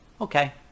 okay